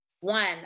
One